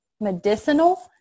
medicinal